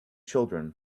children